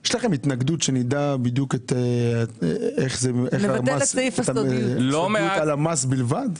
יש לכם התנגדות שנדע בדיוק --- על המס בלבד?